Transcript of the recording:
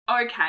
okay